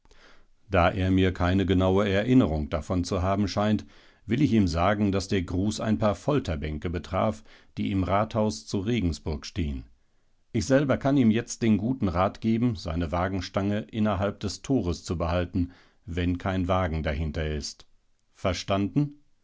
da er mir keine genaue erinnerung davon zu haben scheint will ich ihm sagen daß der gruß ein paar folterbänke betraf die im rathaus zu regensburg stehen ich selber kann ihm jetzt den guten rat geben seine wagenstange innerhalb des tores zu behalten wenn kein wagen dahinter ist verstanden